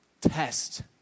test